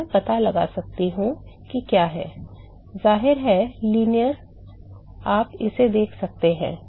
तो मैं पता लगा सकता हूं कि क्या है जाहिर है रैखिक आप इसे देख सकते हैं